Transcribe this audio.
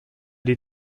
die